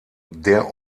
der